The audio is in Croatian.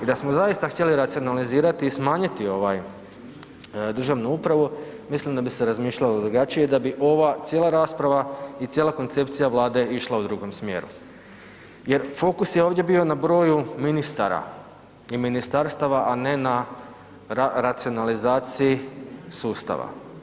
I da smo zaista htjeli racionalizirati i smanjiti državnu upravu, mislim da bi se razmišljalo drugačije i da bi ova cijela rasprava i cijela koncepcija Vlade, išla u drugom smjeru jer fokus je ovdje bio na broju ministara i ministarstava a ne na racionalizaciji sustava.